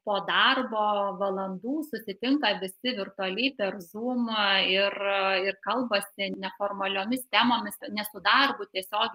po darbo valandų susitinka visi virtualiai per zumą ir ir kalbasi neformaliomis temomis ne su darbu tiesiogiai